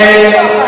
חברי הכנסת,